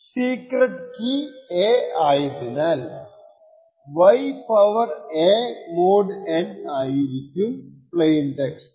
secret key a ആയതിനാൽ y a mod n ആയിരിക്കും plain text x